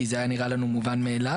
כי זה היה נראה לנו מובן מאליו.